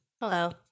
Hello